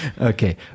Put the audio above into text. Okay